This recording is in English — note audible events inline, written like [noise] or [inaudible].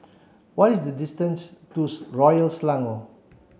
what is the distance to [unintelligible] Royal Selangor